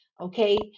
okay